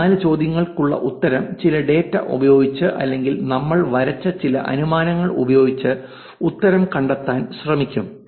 ഈ നാല് ചോദ്യങ്ങൾക്കുള്ള ഉത്തരം ചില ഡാറ്റ ഉപയോഗിച്ച് അല്ലെങ്കിൽ നമ്മൾ വരച്ച ചില അനുമാനങ്ങൾ ഉപയോഗിച്ച് ഉത്തരം കണ്ടെത്താൻ ശ്രമിക്കും